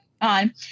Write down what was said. on